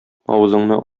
авызыңны